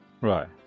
Right